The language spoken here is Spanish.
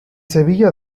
sevilla